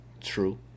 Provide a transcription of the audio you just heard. True